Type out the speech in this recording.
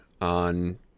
on